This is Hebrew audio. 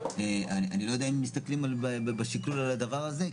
אני לא יודע אם מסתכלים בשקלול על הדבר הזה,